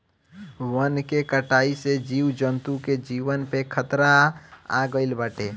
वन के कटाई से जीव जंतु के जीवन पे खतरा आगईल बाटे